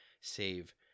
save